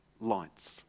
lights